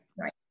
right